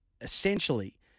essentially